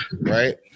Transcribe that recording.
Right